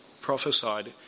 prophesied